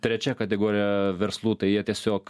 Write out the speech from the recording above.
trečia kategorija verslų tai jie tiesiog